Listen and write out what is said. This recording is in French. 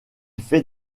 fait